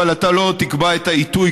אבל אתה לא תקבע את העיתוי,